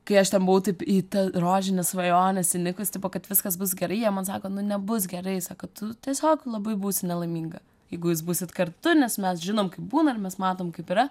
kai aš ten buvau taip į rožines svajones įnikus tipo kad viskas bus gerai jie man sako nu nebus gerai sako tu tiesiog labai būsi nelaiminga jeigu jūs būsit kartu nes mes žinom kaip būna ir mes matom kaip yra